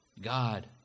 God